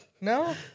No